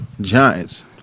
Giants